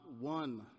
one